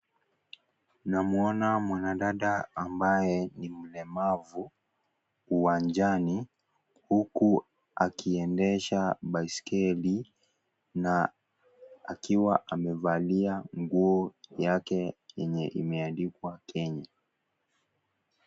Namwona mwanadada ambaye ni mlemavu uwanjani huku akiendesha baiskeli na akiwa amevalia nguo yake yenye imeandikwa Kenya.